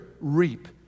reap